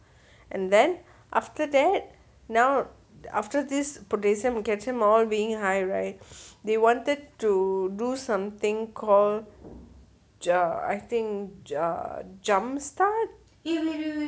and then after that now the after this potassium calcium all being high right they wanted to do something call jar I think jump start